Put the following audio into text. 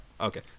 Okay